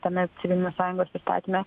tame civilinės sąjungos įstatyme